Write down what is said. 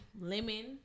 lemon